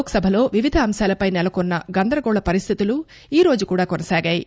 లోక్ సభలో వివిధ అంశాలపై నెలకొన్న గందరగోళ పరిస్థితులు ఈరోజు కూడా కొనసాగాయి